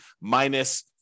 minus